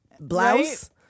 blouse